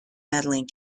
medaling